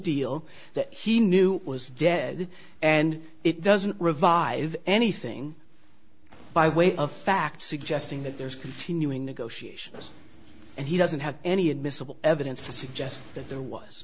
deal that he knew was dead and it doesn't revive anything by way of fact suggesting that there's continuing negotiation and he doesn't have any admissible evidence to suggest that there was